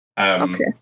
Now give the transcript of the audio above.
Okay